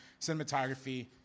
cinematography